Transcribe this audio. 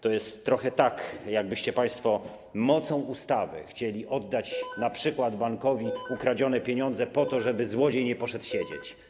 To jest trochę tak, jakbyście państwo mocą ustawy chcieli oddać np. bankowi ukradzione pieniądze, żeby złodziej nie poszedł siedzieć.